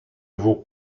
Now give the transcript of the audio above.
vos